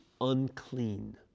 unclean